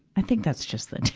i think that's just the